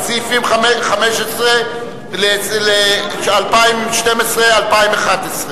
על סעיף 15 ל-2011 ו-2012,